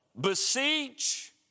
beseech